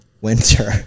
winter